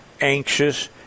anxious